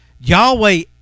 Yahweh